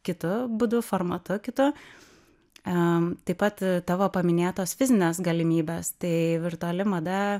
kitu būdu formatu kitu a taip pat tavo paminėtos fizines galimybes tai virtuali mada